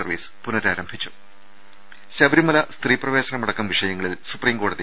service പുനഃരാരംഭിച്ചു ശബരിമല സ്ത്രീപ്രവേശനമടക്കം വിഷയങ്ങളിൽ സുപ്രീം കോടതി